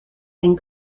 and